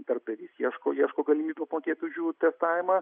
darbdavys ieško ieško galimybių apmokėti už jų testavimą